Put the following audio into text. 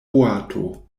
boato